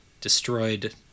destroyed